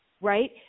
Right